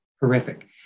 horrific